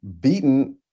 beaten